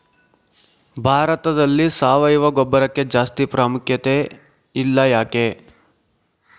ಭಾರತದಲ್ಲಿ ಸಾವಯವ ಗೊಬ್ಬರಕ್ಕೆ ಜಾಸ್ತಿ ಪ್ರಾಮುಖ್ಯತೆ ಇಲ್ಲ ಯಾಕೆ?